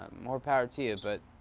um more power to you, but,